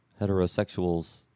heterosexuals